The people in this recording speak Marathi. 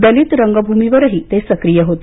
दलित रंगभूमीवरही ते सक्रिय होते